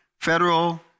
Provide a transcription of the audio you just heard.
federal